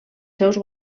seus